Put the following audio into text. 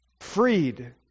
freed